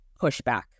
pushback